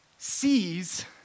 sees